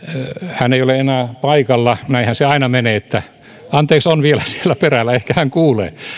hän ei ole enää paikalla näinhän se aina menee anteeksi on vielä siellä perällä ehkä hän kuulee